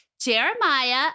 Jeremiah